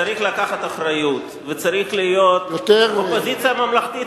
צריך לקחת אחריות וצריכה להיות אופוזיציה ממלכתית,